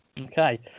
Okay